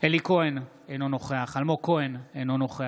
אלי כהן, אינו נוכח